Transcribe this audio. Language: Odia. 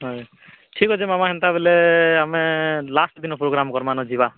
ହଁ ଠିକ ଅଛି ମାମା ଏନ୍ତା ବେଲେ ଆମେ ଲାଷ୍ଟ ଦିନ ପ୍ରୋଗ୍ରାମ ଯିବା